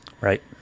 Right